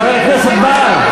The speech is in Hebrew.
חבר הכנסת בר.